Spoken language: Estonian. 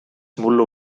mullu